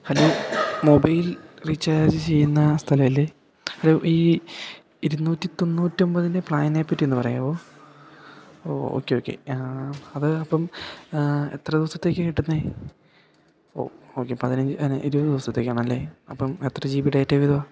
hello mobile recharge ചെയ്യുന്ന സ്ഥലമല്ലേ hello ഈ ഇരുന്നൂറ്റി തൊണ്ണൂറ്റി ഒമ്പതിൻ്റെ പ്ലാനിനെ പറ്റി ഒന്ന് പറയാമോ ഓക്കെ ഓക്കെ അത് അപ്പം എത്ര ദിവസത്തേക്ക് കിട്ടുന്നത് ഓ ഓക്കെ പതിനഞ്ച് ഇരുപത് ദിവസത്തേക്ക് ആണല്ലേ അപ്പം എത്ര ജീ ബി ഡേറ്റ വീതമാണ്